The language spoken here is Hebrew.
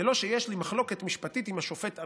זה לא שיש לי מחלוקת משפטית עם השופט עמית,